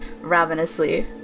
ravenously